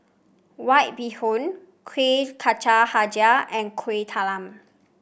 White Bee Hoon Kuih Kacang hijau and Kuih Talam